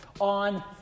on